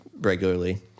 regularly